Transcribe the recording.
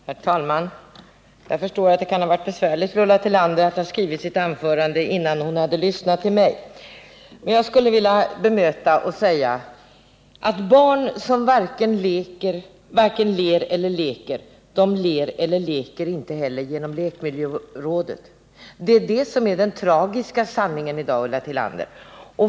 Herr talman! Jag förstår att det kan ha varit besvärligt för Ulla Tillander att hon skrivit sitt anförande innan hon lyssnade till mig. Jag skulle vilja säga att barn som varken ler eller leker, de ler eller leker inte heller tack vare lekmiljörådet. Det är det som är den tragiska sanningen i dag, Ulla Tillander.